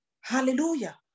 Hallelujah